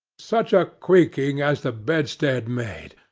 such a creaking as the bedstead made,